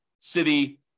city